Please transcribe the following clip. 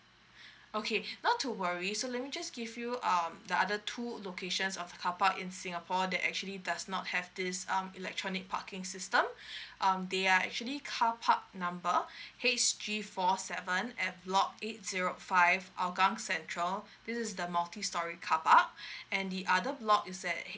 okay not to worry so let me just give you um the other two locations of carpark in singapore that actually does not have this um electronic parking system um they are actually carpark number H G four seven at block eight zero five hougang central this is the multistorey carpark and the other block is that